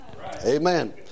Amen